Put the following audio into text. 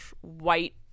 white